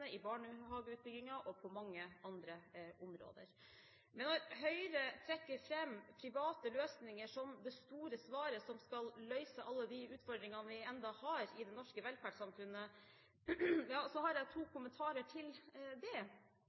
i barnehageutbyggingen og på mange andre områder. Når Høyre trekker fram private løsninger som det store svaret på alle de utfordringer vi ennå har i det norske velferdssamfunnet, ja så har jeg to kommentarer til det.